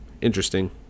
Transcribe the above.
interesting